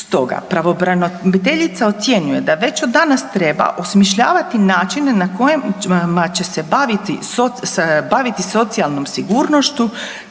Stoga, pravobraniteljica ocjenjuje da već od danas treba osmišljavati načine na kojima će se baviti socijalnom sigurnošću,